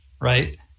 right